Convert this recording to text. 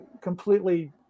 completely